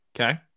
Okay